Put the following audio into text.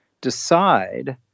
decide